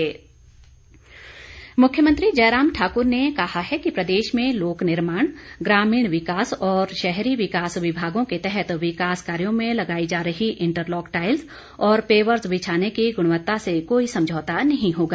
संकल्प चर्चा मुख्यमंत्री जयराम ठाकुर ने कहा है कि प्रदेश में लोक निर्माण ग्रामीण विकास और शहरी विकास विभागों के तहत विकास कार्यो में लगाई जा रही इंटरलॉक टाइल्स और पेवर्स बिछाने की गुणवत्ता से कोई समझौता नहीं होगा